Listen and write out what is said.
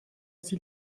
sie